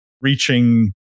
reaching